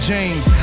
James